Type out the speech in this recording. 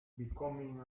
becoming